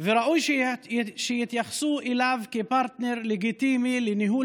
וראוי שיתייחסו אליו כאל פרטנר לגיטימי לניהול